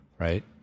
Right